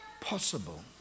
possible